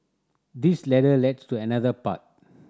this ladder lies to another path